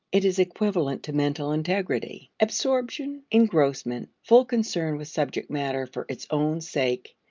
it is equivalent to mental integrity. absorption, engrossment, full concern with subject matter for its own sake,